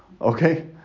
Okay